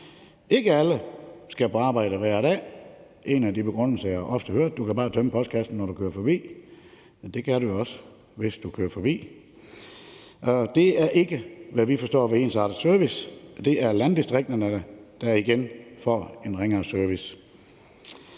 Ikke alle skal på arbejde hver dag. En af de begrundelser, jeg ofte hører, er, at man bare kan tømme postkassen, når man kører forbi, men det kan man jo kun, hvis man kører forbi. Det er ikke, hvad vi forstår ved ensartet service. Det er landdistrikterne, der igen får en ringere service.